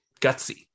gutsy